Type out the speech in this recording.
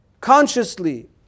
Consciously